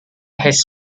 has